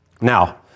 Now